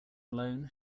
alone